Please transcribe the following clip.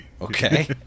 Okay